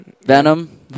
Venom